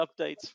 updates